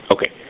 Okay